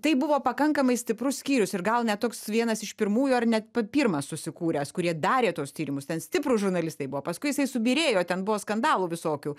tai buvo pakankamai stiprus skyrius ir gal net toks vienas iš pirmųjų ar net pa pirmas susikūręs kurie darė tuos tyrimus ten stiprūs žurnalistai buvo paskui jisai subyrėjo ten buvo skandalų visokių